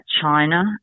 China